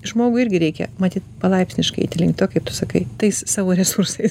žmogui irgi reikia matyt palaipsniškai eiti link to kaip tu sakai tais savo resursais